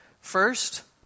First